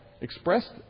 expressed